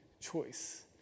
choice